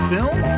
Film